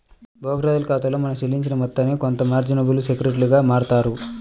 బోకరేజోల్ల ఖాతాలో మనం చెల్లించిన మొత్తాన్ని కొంత మార్జినబుల్ సెక్యూరిటీలుగా మారుత్తారు